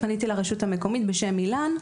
פניתי לרשות המקומית בשם איל"ן,